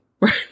right